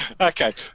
Okay